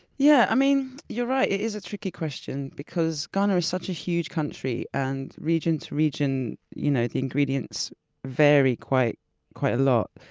yeah you're right. it is a tricky question because ghana is such a huge country, and region to region, you know the ingredients vary quite quite a lot,